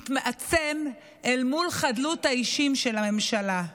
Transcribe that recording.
מתעצם אל מול חדלות האישים של הממשלה.